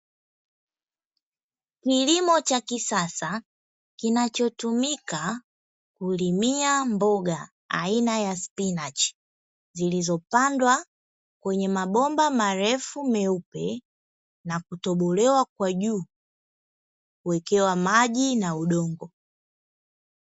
Kilimo cha kisasa kinachotumika kulimia mboga aina ya spinachi zilizopandwa kwenye mabomba marefu meupe na kutobolewa kwa juu kuwekewa maji na udongo.